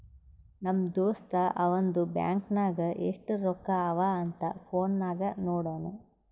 ನಮ್ ದೋಸ್ತ ಅವಂದು ಬ್ಯಾಂಕ್ ನಾಗ್ ಎಸ್ಟ್ ರೊಕ್ಕಾ ಅವಾ ಅಂತ್ ಫೋನ್ ನಾಗೆ ನೋಡುನ್